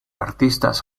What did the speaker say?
artistas